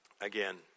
again